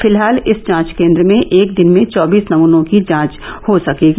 फिलहाल इस जांच केंद्र में एक दिन में चौबीस नमनों की जांच हो सकेगी